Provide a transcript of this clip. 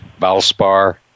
Valspar